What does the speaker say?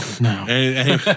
no